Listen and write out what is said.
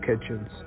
kitchens